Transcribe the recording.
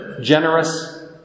Generous